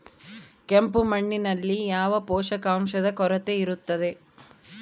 ಕೆಂಪು ಮಣ್ಣಿನಲ್ಲಿ ಯಾವ ಪೋಷಕಾಂಶದ ಕೊರತೆ ಇರುತ್ತದೆ?